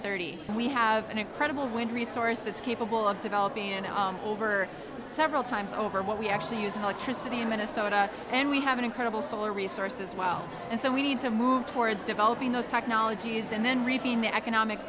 thirty we have an incredible wind resource it's capable of developing over several times over what we actually use electricity in minnesota and we have an incredible solar resources well and so we need to move towards developing those technologies and then